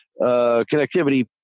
connectivity